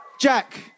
Jack